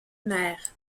mère